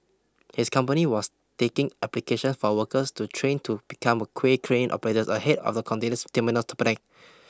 his company was taking applications for workers to train to become a kway crane operators ahead of the containers terminal's